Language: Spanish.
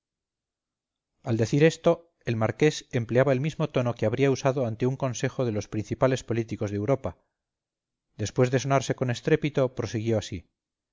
al decir esto el marqués empleaba el mismo tono que habría usado ante un consejo de los principales políticos de europa después de sonarse con estrépito prosiguió así